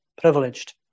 privileged